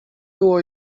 było